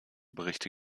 berichte